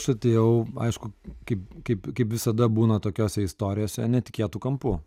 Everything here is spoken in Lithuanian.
aš atėjau aišku kaip kaip kaip visada būna tokiose istorijose netikėtu kampu